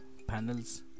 panels